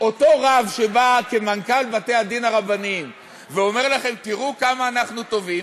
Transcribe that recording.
אותו רב שבא כמנכ"ל בתי-הדין הרבניים ואומר לכם: תראו כמה אנחנו טובים,